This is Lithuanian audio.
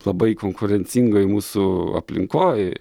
labai konkurencingoj mūsų aplinkoj